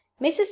Mrs